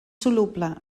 soluble